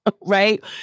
right